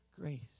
grace